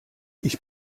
ich